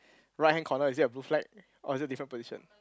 right hand corner is it a blue flag or is it different position